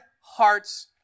hearts